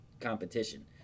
competition